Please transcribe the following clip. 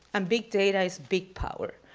and big data is big power.